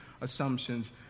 assumptions